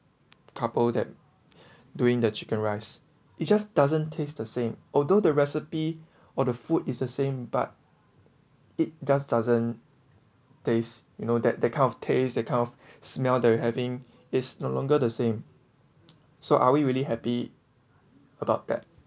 couple that during the chicken rice it just doesn't taste the same although the recipe or the food is the same but it just doesn't taste you know that that kind of taste that kind of smell that you having is no longer the same so are we really happy about that